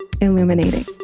illuminating